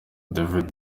david